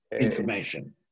information